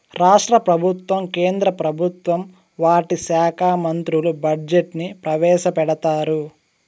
రాష్ట్ర ప్రభుత్వం కేంద్ర ప్రభుత్వం వాటి శాఖా మంత్రులు బడ్జెట్ ని ప్రవేశపెడతారు